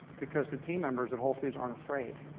because the team members at whole foods aren't afraid.